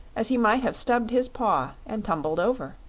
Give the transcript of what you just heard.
as he might have stubbed his paw and tumbled over.